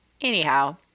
Anyhow